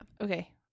okay